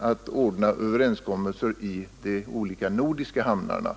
att ordna genom överenskommelser när det gäller de olika nordiska hamnarna, och enligt mitt förmenande behöver de inte vara större i de fall jag här påtalat.